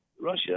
Russia